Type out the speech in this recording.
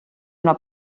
una